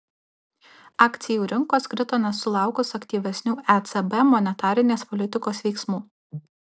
akcijų rinkos krito nesulaukus aktyvesnių ecb monetarinės politikos veiksmų